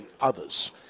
others